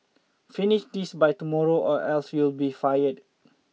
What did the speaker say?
finish this by tomorrow or else you'll be fired